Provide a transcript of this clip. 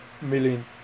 million